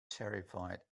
terrified